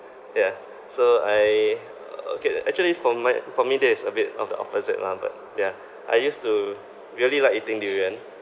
yeah so I okay actually for my for me that is a bit of the opposite lah but yeah I used to really like eating durian